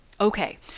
Okay